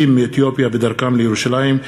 יהודי אתיופיה שנספו בדרכם לירושלים,